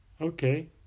Okay